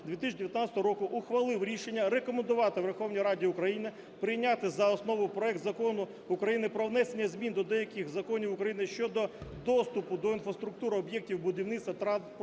2019 року ухвалив рішення рекомендувати Верховній Раді України прийняти за основу проект Закону України про внесення змін до деяких законів України щодо доступу до інфраструктури об'єктів будівництва, транспорту,